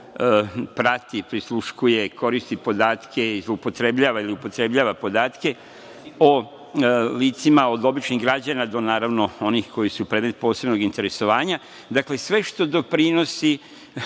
prati, prisluškuje, koristi podatke, zloupotrebljava ili upotrebljava podatke o licima, od običnih građana do naravno onih koji su predmet posebnog interesovanja. Dakle, sve što doprinosi